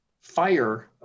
fire